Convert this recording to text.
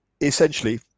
essentially